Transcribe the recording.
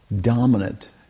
dominant